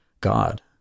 God